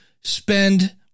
spend